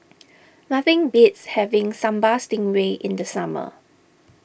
nothing beats having Sambal Stingray in the summer